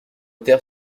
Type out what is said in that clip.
terre